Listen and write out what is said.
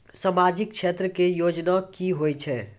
समाजिक क्षेत्र के योजना की होय छै?